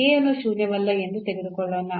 k ಅನ್ನು ಶೂನ್ಯವಲ್ಲ ಎಂದು ತೆಗೆದುಕೊಳ್ಳೋಣ